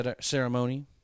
ceremony